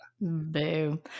Boo